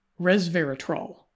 resveratrol